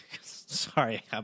Sorry